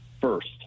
first